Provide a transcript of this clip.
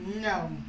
No